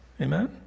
Amen